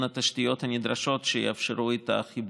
התשתיות הנדרשות שיאפשרו את החיבור.